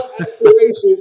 aspirations